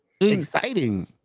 exciting